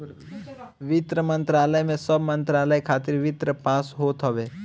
वित्त मंत्रालय में सब मंत्रालय खातिर वित्त पास होत हवे